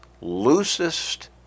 loosest